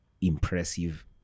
impressive